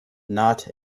not